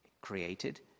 created